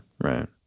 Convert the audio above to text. right